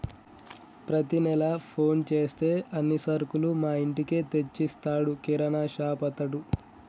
ప్రతి నెల ఫోన్ చేస్తే అన్ని సరుకులు మా ఇంటికే తెచ్చిస్తాడు కిరాణాషాపతడు